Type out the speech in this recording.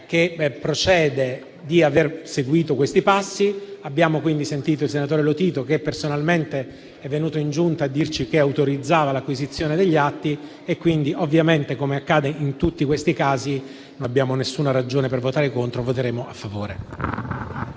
che procede di aver seguito appunto questi passi. Abbiamo sentito il senatore Lotito, che è venuto personalmente in Giunta a dirci che autorizzava l'acquisizione degli atti. Ovviamente, come accade in tutti questi casi, non abbiamo alcuna ragione per votare contro e voteremo a favore.